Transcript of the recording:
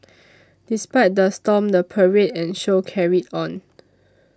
despite the storm the parade and show carried on